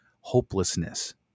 hopelessness